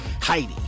Heidi